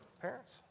parents